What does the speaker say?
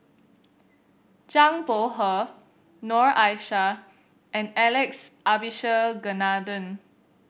Zhang Bohe Noor Aishah and Alex Abisheganaden